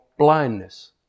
blindness